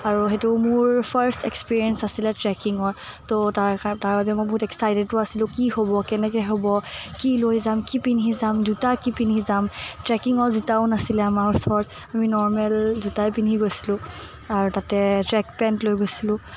আৰু সেইটো মোৰ ফাৰ্ষ্ট এক্সপেৰিয়েঞ্চ আছিলে ট্ৰেকিঙৰ ত' তাৰ কা তাৰ বাবে মই বহুত এক্সাইটেডো আছিলো কি হ'ব কেনেকৈ হ'ব কি লৈ যাম কি পিন্ধি যাম জোতা কি পিন্ধি যাম ট্ৰেকিঙৰ জোতাও নাছিলে আমাৰ ওচৰত আমি নৰ্মেল জোতাই পিন্ধি গৈছিলোঁ আৰু তাতে ট্ৰেক পেণ্ট লৈ গৈছিলোঁ